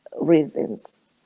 reasons